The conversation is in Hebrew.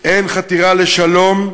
אין חתירה לשלום,